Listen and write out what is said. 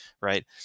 right